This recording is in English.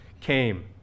came